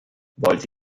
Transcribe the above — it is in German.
wollt